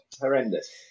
horrendous